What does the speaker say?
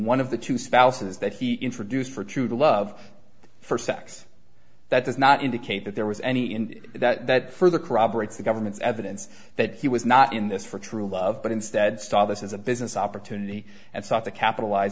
one of the two spouses that he introduced for true love for sex that does not indicate that there was any in that further corroborates the government's evidence that he was not in this for true love but instead saw this as a business opportunity and sought to capitalize